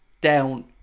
down